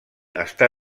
està